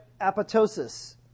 apoptosis